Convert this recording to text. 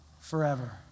forever